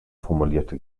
formulierte